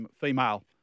female